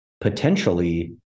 potentially